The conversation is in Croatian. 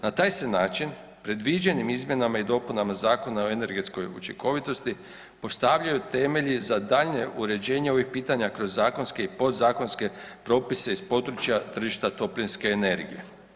Na taj se način predviđenim izmjenama i dopunama Zakona o energetskoj učinkovitosti postavljaju temelji za daljnje uređenje ovih pitanja kroz zakonske i podzakonske propise iz područja tržišta toplinske energije.